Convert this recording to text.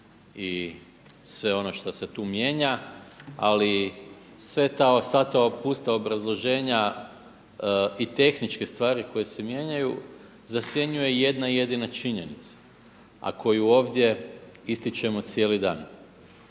i sve ono šta se tu mijenja ali sva ta pusta obrazloženja i tehničke stvari koje se mijenjaju zasjenjuje jedna jedina činjenica a koju ovdje ističemo cijeli dan.